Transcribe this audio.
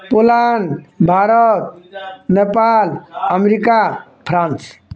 Poland Bharat Nepal America France